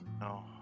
no